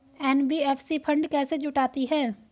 NBFC fund कैसे जुटाती है?